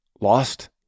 lost